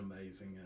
amazing